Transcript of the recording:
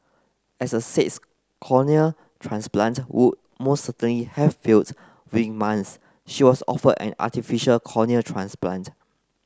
as a sixth cornea transplant would most certainly have failed with months she was offered an artificial cornea transplant